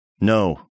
no